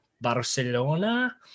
Barcelona